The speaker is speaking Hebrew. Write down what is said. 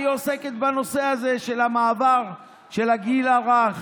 היא עוסקת בנושא הזה של המעבר של הגיל הרך